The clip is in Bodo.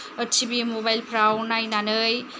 टि भि मबाइलफ्राव नायनानै